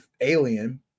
alien